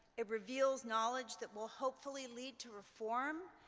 it reveals knowledge that will hopefully, lead to reform.